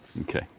Okay